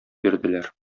бирделәр